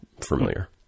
familiar